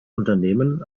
unternehmen